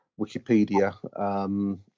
Wikipedia